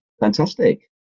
Fantastic